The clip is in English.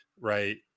right